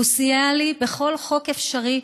הוא סייע לי בכל חוק אפשרי,